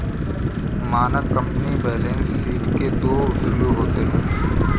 मानक company balance sheet के दो फ्लू होते हैं